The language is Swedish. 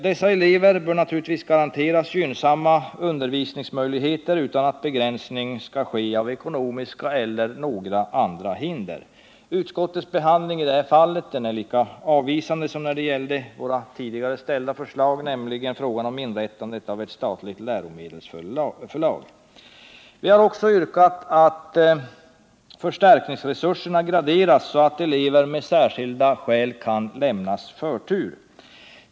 Dessa elever bör naturligtvis garanteras gynnsamma undervisningsmöjligheter utan begränsning av ekonomiska eller andra hinder. Utskottets behandling är i det fallet lika avvisande som när det gäller våra tidigare förslag, nämligen förslag om inrättandet av ett statligt läromedelsförlag. Vi har också yrkat att förstärkningsresurserna graderas, så att elever med särskilda behov kan lämnas förtur.